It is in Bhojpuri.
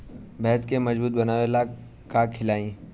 भैंस के मजबूत बनावे ला का खिलाई?